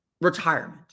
retirement